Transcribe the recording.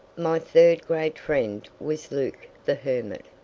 my third great friend was luke the hermit.